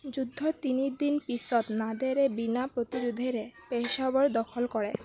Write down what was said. যুদ্ধৰ তিনিদিন পিছত নাদেৰে বিনা প্ৰতিৰোধেৰে পেছোৱাৰ দখল কৰে